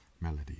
melody